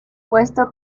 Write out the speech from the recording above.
puesto